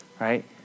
right